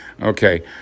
Okay